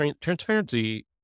transparency